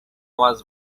was